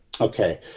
Okay